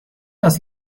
است